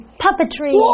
puppetry